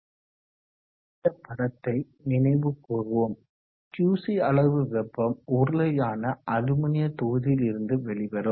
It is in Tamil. இந்த படத்தை நினைவு கூர்வோம் Qc அளவு வெப்பம் உருளையான அலுமினிய தொகுதியில் இருந்து வெளிவரும்